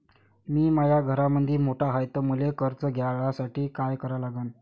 मी माया घरामंदी मोठा हाय त मले कर्ज काढासाठी काय करा लागन?